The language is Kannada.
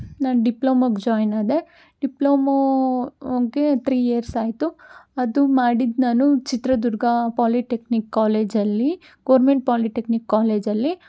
ನಾನ್ ಡಿಪ್ಲೊಮೋಗ್ ಜಾಯ್ನ್ ಆದೆ ಡಿಪ್ಲೊಮೋಗೆ ತ್ರೀ ಇಯರ್ಸ್ ಆಯಿತು ಅದು ಮಾಡಿದ್ದು ನಾನು ಚಿತ್ರದುರ್ಗ ಪಾಲಿಟೆಕ್ನಿಕ್ ಕಾಲೇಜಲ್ಲಿ ಗೋರ್ಮೆಂಟ್ ಪಾಲಿಟೆಕ್ನಿಕ್ ಕಾಲೇಜಲ್ಲಿ